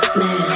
man